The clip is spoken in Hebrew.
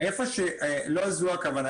לא זו הכוונה.